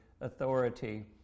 authority